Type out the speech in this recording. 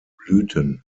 blüten